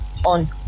On